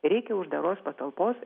reikia uždaros patalpos